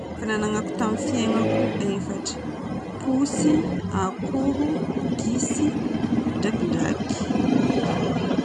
Efa nagnanako tamin'ny fiainako efatra: posy, akoho, gisy, drakidraky.